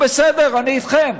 בסדר, אני איתכם.